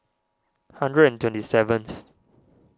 hundred and twenty seventh